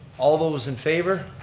all those in favor.